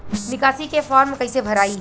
निकासी के फार्म कईसे भराई?